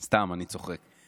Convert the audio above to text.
סתם, אני צוחק.